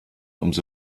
umso